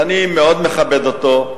ואני מאוד מכבד אותו,